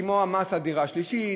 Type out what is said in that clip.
כמו המס על דירה שלישית,